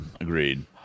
agreed